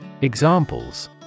Examples